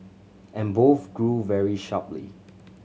and both grew very sharply